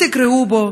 תקראו בו,